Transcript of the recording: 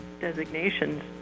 designations